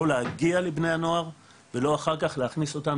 לא להגיע לבני הנוער ולא אחר כך להכניס אותם